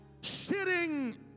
sitting